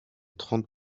trente